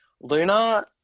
Luna